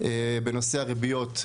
בנושא הריביות,